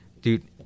dude